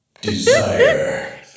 Desire